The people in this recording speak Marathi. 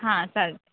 हां चालेल